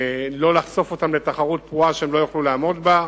לא לחשוף אותן לתחרות פרועה שהן לא יוכלו לעמוד בה.